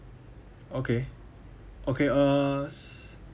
okay okay uh